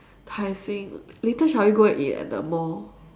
tai-seng later shall we go and eat at the mall